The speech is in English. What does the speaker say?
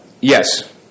Yes